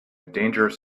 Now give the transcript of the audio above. dangerous